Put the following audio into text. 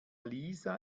lisa